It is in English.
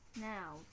Now